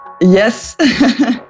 yes